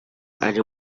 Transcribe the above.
ari